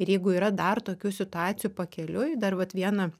ir jeigu yra dar tokių situacijų pakeliui dar vat viena